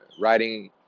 writing